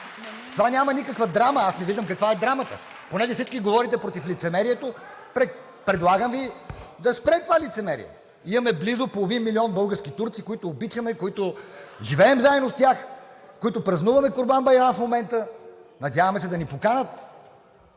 това няма никаква драма. Аз не виждам каква е драмата?! Понеже всички говорите против лицемерието, предлагам Ви да спре това лицемерие. Имаме близо половин милион български турци, които обичаме, живеем заедно с тях, с които празнуваме Курбан байрам в момента – надяваме се да ни поканят